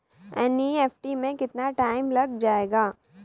NEFT में कितना time लग जाएगा?